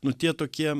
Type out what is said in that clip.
nu tie tokie